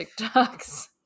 TikToks